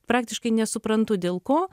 praktiškai nesuprantu dėl ko